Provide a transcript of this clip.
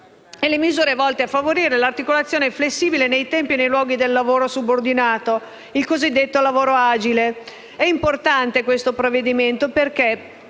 delle misure volte a favorire l'articolazione flessibile nei tempi e nei luoghi del lavoro subordinato, il cosiddetto lavoro agile, come previsto dal disegno di